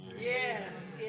Yes